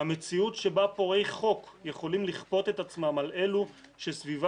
'המציאות שבה פורעי חוק יכולים לכפות את עצמם על אלו שסביבם